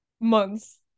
months